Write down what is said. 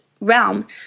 realm